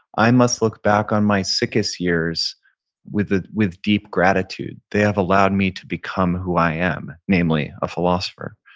i must look back on my sickest years with ah with deep gratitude. they have allowed me to become who i am, namely a philosopher.